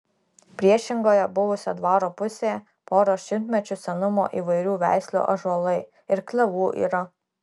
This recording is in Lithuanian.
priešingoje buvusio dvaro pusėje poros šimtmečių senumo įvairių veislių ąžuolai ir klevų yra